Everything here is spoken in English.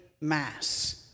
mass